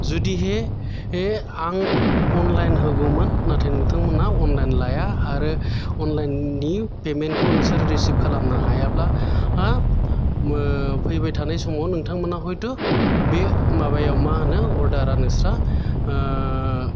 जुदिहे बे आं अनलाइन होगौमोन नाथाय नोंथांमोना अनलाइन लाया आरो अनलाइन नि पेमेन्त खाै नोंसोर रिसिब खालामनो हायाब्ला हा फैबाय थानाय समाव नोंथांमोना हयथु बे माबायाव मा होनो अरदारा नोंस्रा